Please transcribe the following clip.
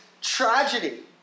tragedy